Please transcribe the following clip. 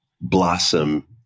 blossom